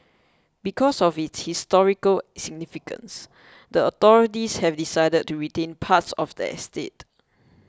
because of its historical significance the authorities have decided to retain parts of the estate